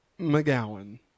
McGowan